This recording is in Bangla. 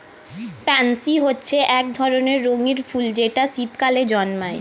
প্যান্সি হচ্ছে এক ধরনের রঙিন ফুল যেটা শীতকালে জন্মায়